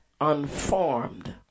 unformed